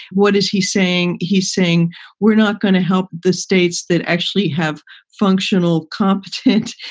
what is he saying? he's saying we're not going to help the states that actually have functional, competent,